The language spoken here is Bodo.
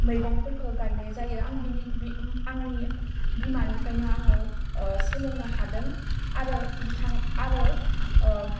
मैगंफोरखौ गायनाय जायो आं बिनि बि आंनि बिमानिफ्रायनो आङो सोलोंनो हादों आरो बिथां आरो